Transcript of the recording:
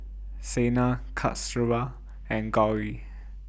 Saina Kasturba and Gauri